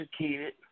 educated